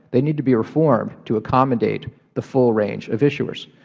they need to be reformed to accommodate the full range of issuers.